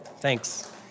Thanks